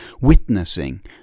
Witnessing